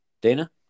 Dana